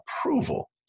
approval